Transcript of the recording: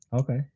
Okay